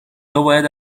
توباید